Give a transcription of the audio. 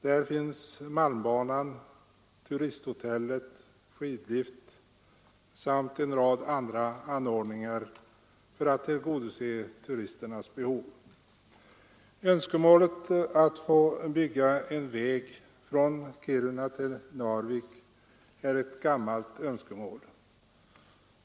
Där finns malmbanan och turisthotellet, skidlift och en rad andra anordningar för att tillgodose turisternas behov. Att få bygga en väg från Kiruna till Narvik är ett gammalt önskemål.